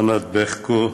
ענת ברקו,